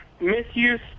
Misuse